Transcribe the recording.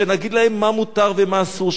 שנגיד להם מה מותר ומה אסור,